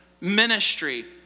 ministry